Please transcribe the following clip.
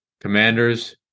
Commanders